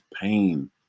pain